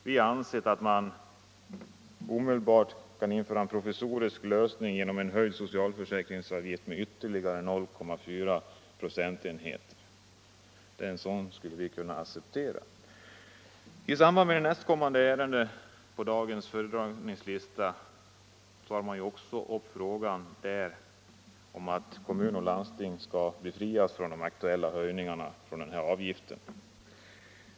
Vi har ansett att som omedelbar provisorisk lösning kunde en höjning av socialförsäkringsavgiften med ytterligare 0,4 procentenheter genomföras. En sådan skulle vi kunna acceptera. I samband med nästkommande ärende på dagens föredragningslista tar vi upp frågan om att befria kommuner och landsting från de aktuella höjningarna av denna avgift.